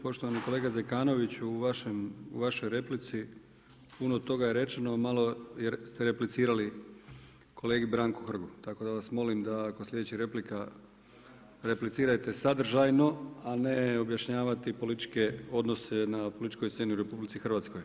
Poštovani kolega Zekanović u vašoj replici puno toga je rečeno, a malo ste replicirali kolegi Branku Hrgu, tako da vas molim da kod sljedećih replika replicirajte sadržajno, a ne objašnjavati političke odnose na političkoj sceni u RH.